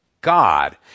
God